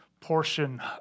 portion